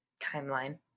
timeline